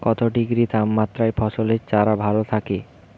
কত ডিগ্রি তাপমাত্রায় ফসলের চারা ভালো থাকে?